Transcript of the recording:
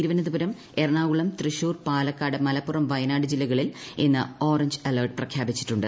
തിരുവനന്തപുരം എറണാകുളം തൃശൂർ പാലക്കാട് മലപ്പുറം വയനാട് ജില്ലകളിൽ ഇന്ന് orange alert പ്രഖ്യാപിച്ചിട്ടുണ്ട്